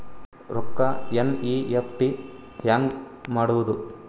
ರೊಕ್ಕ ಎನ್.ಇ.ಎಫ್.ಟಿ ಹ್ಯಾಂಗ್ ಮಾಡುವುದು?